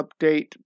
update